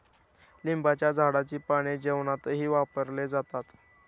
लिंबाच्या झाडाची पाने जेवणातही वापरले जातात